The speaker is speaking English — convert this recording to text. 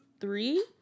three